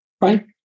right